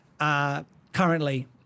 currently